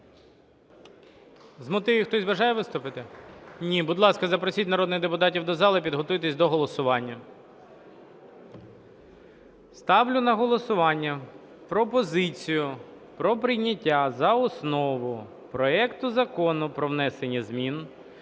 З мотивів хтось бажає виступити? Ні. Будь ласка, запросіть народних депутатів до зали, підготуйтесь до голосування. Ставлю на голосування пропозицію про прийняття за основу проекту Закону про внесення змін